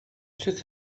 took